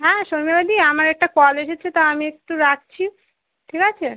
হ্যাঁ শর্মিলাদি আমার একটা কল এসেছে তা আমি একটু রাখছি ঠিক আছে